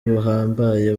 buhambaye